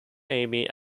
amy